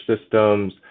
systems